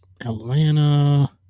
Atlanta